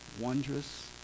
wondrous